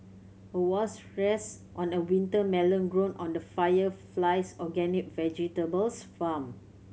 a wasp rests on a winter melon grown on the Fire Flies organic vegetables farm